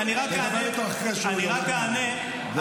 מי גיבש את הקואליציה?